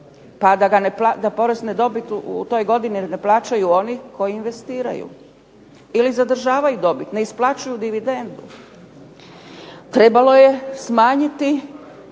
ne, da porez na dobit u toj godini ne plaćaju oni koji investiraju ili zadržavaju dobit, ne isplaćuju dividendu. Trebalo je smanjiti